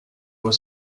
was